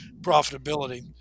profitability